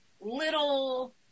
little